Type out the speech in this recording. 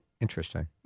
Interesting